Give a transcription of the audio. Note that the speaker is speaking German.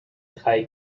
drei